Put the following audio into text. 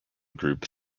group